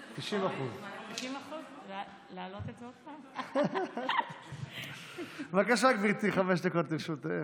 90%. הבקשה, גברתי, חמש דקות לרשותך.